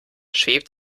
schwebt